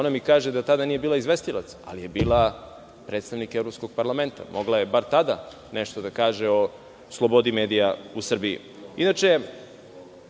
ona mi kaže da tada nije bila izvestilac, ali je bila predstavnik Evropskog parlamenta. Mogla je bar tada nešto da kaže o slobodi medija u Srbiji. Inače,